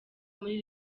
muri